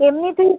এমনি তুই